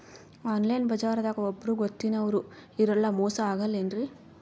Online ಬಜಾರದಾಗ ಒಬ್ಬರೂ ಗೊತ್ತಿನವ್ರು ಇರಲ್ಲ, ಮೋಸ ಅಗಲ್ಲೆನ್ರಿ?